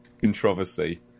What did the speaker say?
Controversy